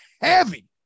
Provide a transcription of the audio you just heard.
heavy